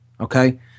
Okay